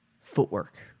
Footwork